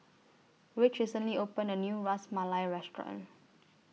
Ridge recently opened A New Ras Malai Restaurant